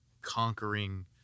conquering